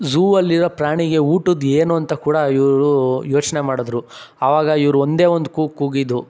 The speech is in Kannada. ಝೂ ಅಲ್ಲಿರೋ ಪ್ರಾಣಿಗೆ ಊಟದ್ದು ಏನು ಅಂತ ಕೂಡಾ ಇವರು ಯೋಚನೆ ಮಾಡಿದ್ರು ಆವಾಗ ಇವರು ಒಂದೇ ಒಂದು ಕೂಗು ಕೂಗಿದರು